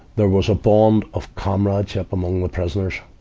there was a bond of comrades up among the prisoners,